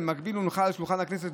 ובמקביל הונחה על שולחן הכנסת,